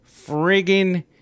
friggin